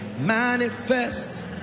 Manifest